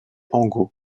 angot